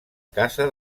casa